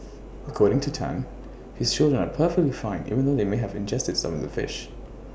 according to Tan his children are perfectly fine even though they may have ingested some of the fish